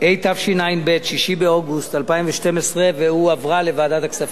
התשע"ב, 6 באוגוסט 2012, והועברה לוועדת הכספים.